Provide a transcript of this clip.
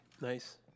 Nice